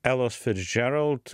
elos ficdžerald